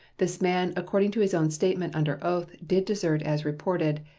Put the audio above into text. this man, according to his own statement under oath, did desert as reported,